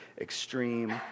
extreme